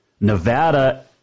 Nevada